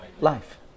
life